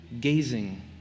gazing